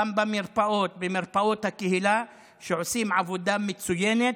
גם במרפאות, במרפאות הקהילה, שעושה עבודה מצוינת.